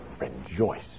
rejoice